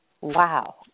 Wow